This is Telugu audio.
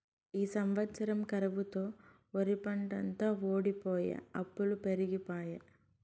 ఈ సంవత్సరం కరువుతో ఒరిపంటంతా వోడిపోయె అప్పులు పెరిగిపాయె